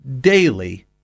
daily